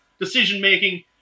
decision-making